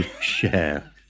share